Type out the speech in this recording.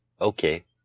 Okay